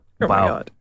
wow